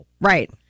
Right